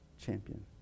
champion